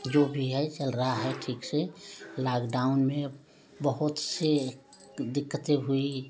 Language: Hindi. जो भी है चल रहा है ठीक से लॉकडाउन में बहुत से दिक्कतें हुई